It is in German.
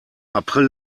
april